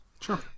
Sure